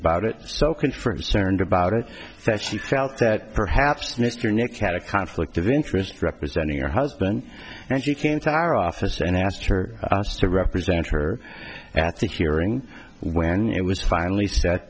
about it so can for a concerned about it that she felt that perhaps mr nixon had a conflict of interest representing her husband and she came to our office and asked her to represent her at the hearing when it was finally said